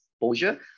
exposure